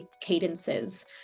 cadences